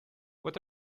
what